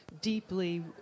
deeply